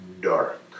Dark